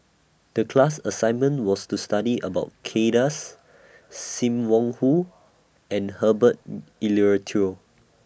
The class assignment was to study about Kay Das SIM Wong Hoo and Herbert Eleuterio